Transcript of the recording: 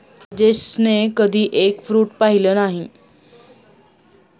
राजेशने कधी egg fruit पाहिलं नाही